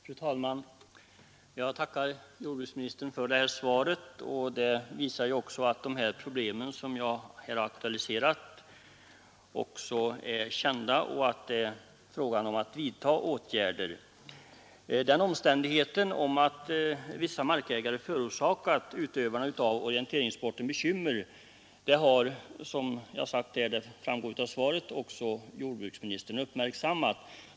Fru talman! Jag tackar jordbruksministern för svaret. Det visar att de problem som jag har aktualiserat är kända och att det är fråga om att vidta åtgärder. Den omständigheten att vissa markägare förorsakat utövarna av 127 orienteringssporten bekymmer har även jordbruksministern — det framgår av svaret — uppmärksammat.